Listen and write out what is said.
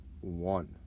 one